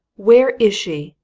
where is she?